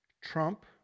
Trump